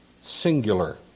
singular